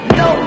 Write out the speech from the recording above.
no